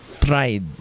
tried